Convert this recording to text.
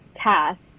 task